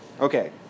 Okay